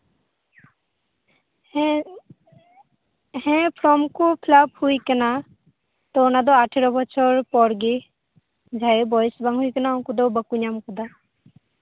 ᱦᱮᱸ ᱦᱮᱸ ᱯᱷᱚᱨᱚᱢ ᱠᱩ ᱯᱷᱤᱞᱟᱯ ᱦᱩᱭ ᱟᱠᱟᱱᱟ ᱛᱚ ᱚᱱᱟ ᱫᱚ ᱜᱮᱞ ᱤᱨᱟᱹᱞ ᱯᱚᱨ ᱜᱮ ᱡᱟᱦᱟᱸᱭᱟᱜ ᱵᱚᱭᱮᱥ ᱵᱟᱝ ᱦᱩᱭ ᱟᱠᱟᱱᱟ ᱩᱱᱠᱩ ᱫᱚ ᱵᱟᱝᱠᱚ ᱧᱟᱢ ᱟᱠᱟᱫᱟ